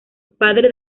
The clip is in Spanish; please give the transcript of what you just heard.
padre